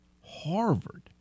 Harvard